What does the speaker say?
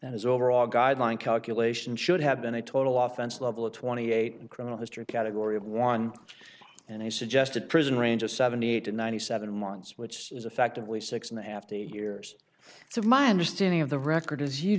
his overall guideline calculation should have been a total oftens level of twenty eight in criminal history category of one and he suggested prison range of seventy eight to ninety seven months which is effectively six and a half years so my understanding of the record is you